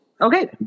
Okay